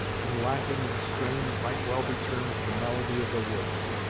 and laughing in a strain that might well be termed the melody of the woods.